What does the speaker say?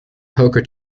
poker